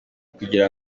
kugira